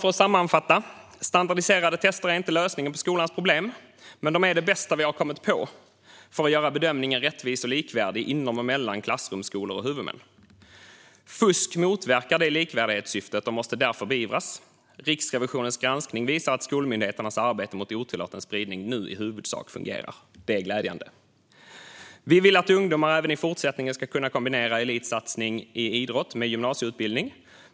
För att sammanfatta: Standardiserade tester är inte lösningen på skolans problem, men de är det bästa vi har kommit på för att göra bedömningen rättvis och likvärdig inom och mellan klassrum, skolor och huvudmän. Fusk motverkar det likvärdighetssyftet och måste därför beivras. Riksrevisionens granskning visar att skolmyndigheternas arbete mot otillåten spridning nu i huvudsak fungerar. Det är glädjande. Vi vill att ungdomar även i fortsättningen ska kunna kombinera elitsatsning i idrott med gymnasieutbildning.